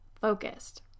focused